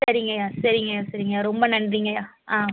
சரிங்கய்யா சரிங்கய்யா சரிங்கய்யா ரொம்ப நன்றிங்கய்யா ஆ